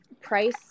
price